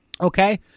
Okay